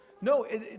No